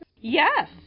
Yes